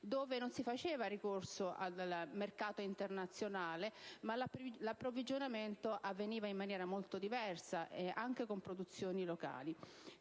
dove non si faceva ricorso al mercato internazionale ma l'approvvigionamento avveniva in maniera molto diversa, anche con produzioni locali.